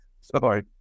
sorry